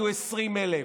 יהיו 20,000,